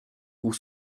pour